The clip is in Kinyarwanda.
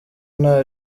nta